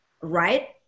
right